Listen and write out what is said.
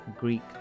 Greek